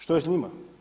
Što je s njima?